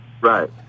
Right